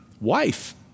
Wife